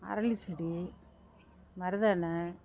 அரளிச்செடி மருதாண